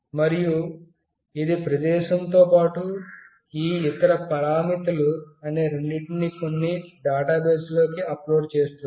మరియు ఇది ప్రదేశంతో పాటు ఈ ఇతర పరామితులు అనే రెండిటిని కొన్ని డేటాబేస్లో కి అప్లోడ్ చేస్తుంది